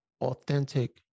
authentic